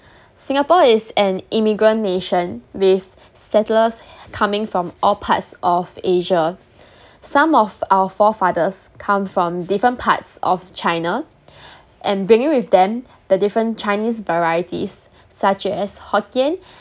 singapore is an immigrant nation with settlers h~ coming from all parts of asia some of our forefathers come from different parts of china and bringing with them the different chinese varieties such as hokkien